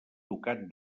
ducat